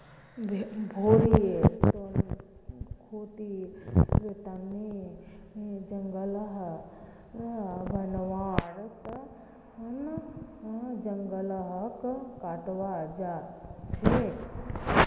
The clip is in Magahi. भेरीर खेतीर तने जगह बनव्वार तन जंगलक काटाल जा छेक